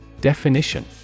Definition